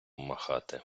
махати